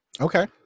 okay